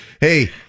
Hey